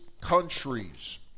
countries